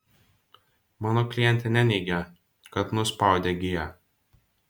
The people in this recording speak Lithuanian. mano klientė neneigia kad nuspaudė g